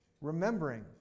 Remembering